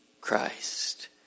Christ